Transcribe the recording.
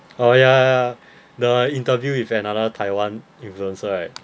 oh ya ya the interview event with another Taiwan influencer right